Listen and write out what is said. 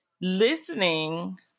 listening